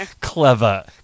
Clever